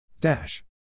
Dash